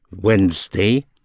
Wednesday